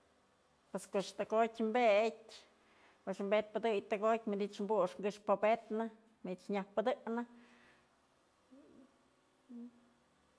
Pues këx tokyët pëdyë koch pedpëdëy tokotyë manich buxkë këx bapetnë manytë nyaj pëdët'në.